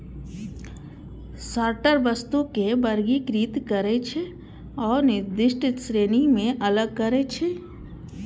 sorter वस्तु कें वर्गीकृत करै छै आ निर्दिष्ट श्रेणी मे अलग करै छै